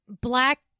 black